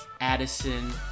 Addison